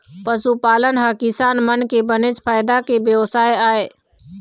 पशुपालन ह किसान मन के बनेच फायदा के बेवसाय आय